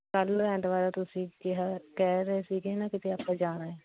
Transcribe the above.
ਕੱਲ੍ਹ ਐਤਵਾਰ ਆ ਤੁਸੀਂ ਕਿਹਾ ਕਹਿ ਰਹੇ ਸੀਗੇ ਨਾ ਕਿਤੇ ਆਪਾਂ ਜਾਣਾ ਹੈ